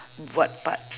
what parts